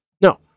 No